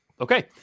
Okay